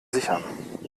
sichern